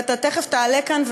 ואתה תכף תעלה לכאן,